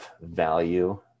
value